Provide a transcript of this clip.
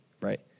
right